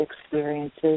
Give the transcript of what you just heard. experiences